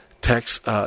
text